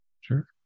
Sure